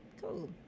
cool